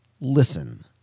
listen